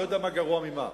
אני לא יודע מה גרוע ממה.